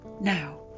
Now